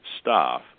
staff